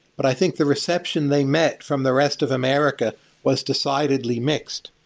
but i think the reception they met from the rest of america was decidedly mixed.